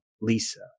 Lisa